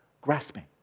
grasping